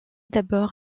d’abord